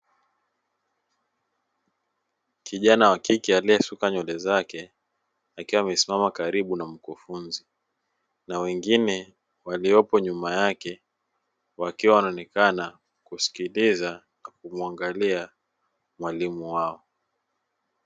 Kijana wa kike aliyesuka nywele zake akiwa amesimama karibu na mkufunzi. Na wengine waliopo nyuma yake, wakiwa wanaonekana kusikiliza kwa kumuangalia mwalimu wao.